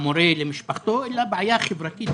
למורה ולמשפחתו אלא גם בעיה חברתית